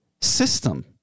system